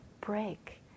break